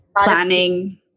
Planning